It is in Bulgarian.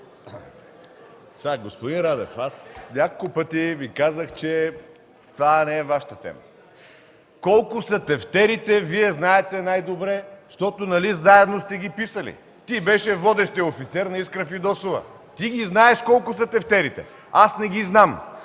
(КБ): Господин Радев, аз няколко пъти Ви казах, че това не е Вашата тема. Колко са тефтерите Вие знаете най-добре, защото нали заедно сте ги писали? Ти беше водещият офицер на Искра Фидосова, ти ги знаеш колко са тефтерите, аз не ги знам.